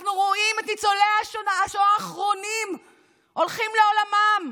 אנחנו רואים את ניצולי השואה האחרונים הולכים לעולמם.